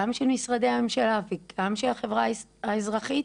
גם של משרדי הממשלה וגם של החברה האזרחית.